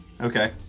Okay